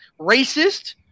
racist